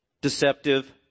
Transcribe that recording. deceptive